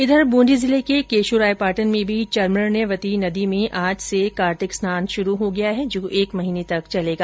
इधर बूंदी जिले के केश्वरायपाटन में भी चर्मण्यवती नदी में आज से कार्तिक स्नान शुरू हो गया है जो एक महीने तक चलेगा